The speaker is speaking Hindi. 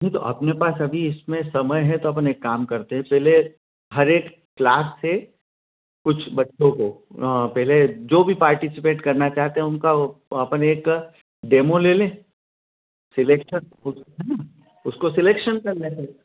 नहीं तो अपने पास अभी इसमें समय है तो अपन एक काम करते है पहले हर एक क्लास से कुछ बच्चों को पहले जो भी पार्टिसीपेट करना चाहते है उनका वह अपन एक डेमो ले लें सिलेक्सन होता है ना उसको सिलेक्शन कर लें फिर